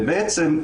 בעצם,